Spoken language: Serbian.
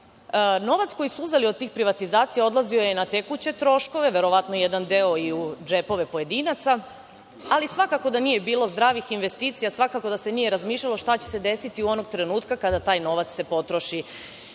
Novac koji su uzeli od tih privatizacija odlazio je na tekuće troškove, verovatno jedan deo u džepove pojedinaca, ali svakako da nije bilo zdravih investicija, svakako da se nije razmišljalo šta će se desiti onog trenutka kada se taj novac potroši.